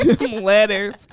Letters